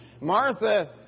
Martha